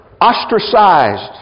ostracized